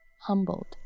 humbled